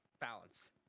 balance